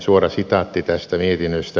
suora sitaatti tästä mietinnöstä